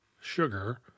sugar